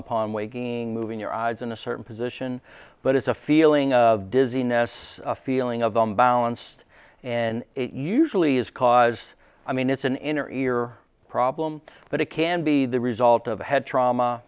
upon waking in your eyes in a certain position but it's a feeling of dizziness a feeling of them balanced and it usually is cause i mean it's an inner ear problem but it can be the result of head trauma